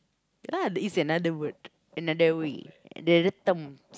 ya lah the is another word another way the another term